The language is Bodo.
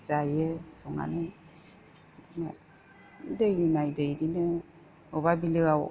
जायो संनानै बिदिनो आरो दै लायै दै बिदिनो बबेबा बिलोआव